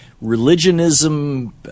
religionism